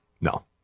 No